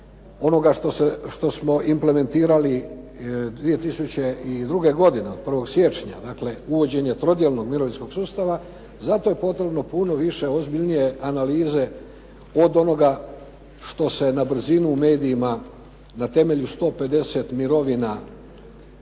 onoga što smo implementirali 2002. godine, od 1. siječnja, dakle uvođenje trodijelnog mirovinskog sustava, zato je potrebno puno više ozbiljnije analize od onoga što se na brzinu u medijima, na temelju 150 mirovina